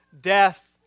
Death